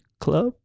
club